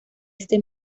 este